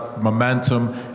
momentum